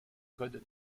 code